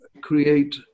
create